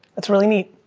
that's really neat.